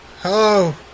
Hello